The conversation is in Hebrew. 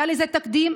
היה לזה תקדים.